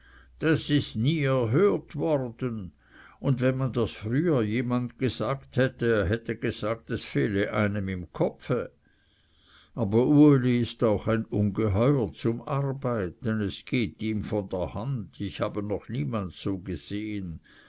das ist nie erhört worden und wenn man das früher jemanden gesagt hätte er hätte gesagt es fehle einem im kopfe aber uli ist auch ein ungeheuer zum arbeiten es geht ihm von der hand ich habe noch niemand so gesehen